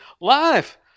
life